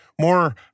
More